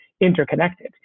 interconnected